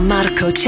Marco